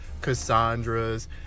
Cassandras